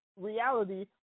reality